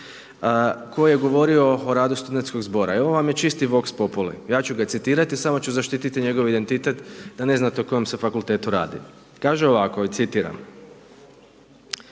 koji je govorio o radu studentskog zbora i ovo vam je čisti …/nerazumljivo/… ja ću ga citirati, samo ću zaštiti njegov identitet da ne znate o kojem se fakultetu radi. Kaže ovako citiram: